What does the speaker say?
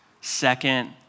second